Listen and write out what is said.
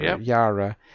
Yara